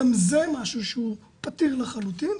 גם זה משהו שהוא פתיר לחלוטין,